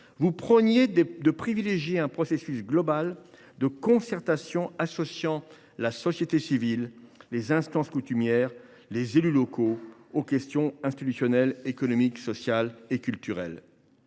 Vous prôniez un processus global de concertation associant la société civile, les instances coutumières et les élus locaux sur les questions institutionnelles, économiques, sociales et culturelles.